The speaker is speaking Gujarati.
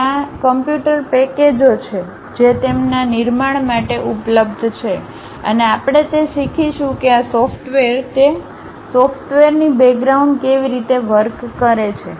ત્યાં કમ્પ્યુટર પેકેજો છે જે તેના નિર્માણ માટે ઉપલબ્ધ છે અને આપણે તે શીખીશું કે આ સોફ્ટવેર તે સ સોફ્ટવેરની બેગ્રાઉન્ડ કેવી રીતે વર્ક કરે છે